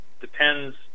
Depends